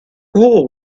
fool